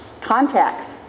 Contacts